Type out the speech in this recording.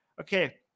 Okay